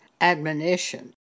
admonition